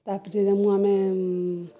ତାପରେ ଦେମୁଁ ଆମେ